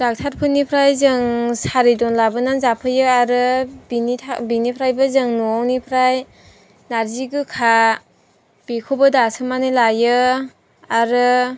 डाक्टारफोरनिफ्राय जों सारिदन लाबोनानै जाफैयो आरो बेनि था बेनिफ्रायबो जों न'आवनिफ्राय नारजि गोखा बेखौबो दासोमनानै लायो आरो